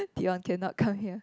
come here